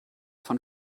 von